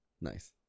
Nice